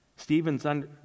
Stephen's